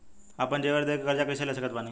आपन जेवर दे के कर्जा कइसे ले सकत बानी?